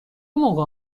موقع